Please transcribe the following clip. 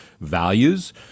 values